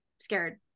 scared